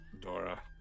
Dora